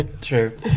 True